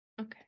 Okay